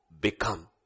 become